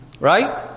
Right